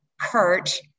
Kurt